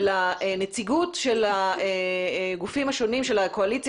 לנציגות של הגופים השונים של הקואליציה